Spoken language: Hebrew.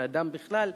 בני-אדם בכלל,